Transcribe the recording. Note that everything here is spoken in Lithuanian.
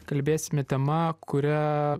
kalbėsime tema kuria